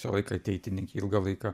visą laiką ateitininkė ilgą laiką